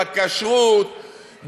בכשרות,